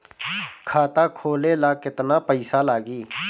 खाता खोले ला केतना पइसा लागी?